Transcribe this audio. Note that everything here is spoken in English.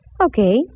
Okay